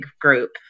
group